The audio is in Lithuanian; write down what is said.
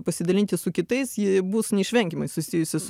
pasidalinti su kitais ji bus neišvengiamai susijusi su